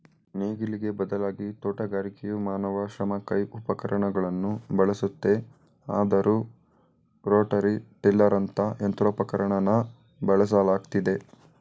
ನೇಗಿಲಿಗೆ ಬದಲಾಗಿ ತೋಟಗಾರಿಕೆಯು ಮಾನವ ಶ್ರಮ ಕೈ ಉಪಕರಣವನ್ನು ಬಳಸುತ್ತೆ ಆದರೂ ರೋಟರಿ ಟಿಲ್ಲರಂತ ಯಂತ್ರೋಪಕರಣನ ಬಳಸಲಾಗ್ತಿದೆ